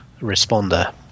responder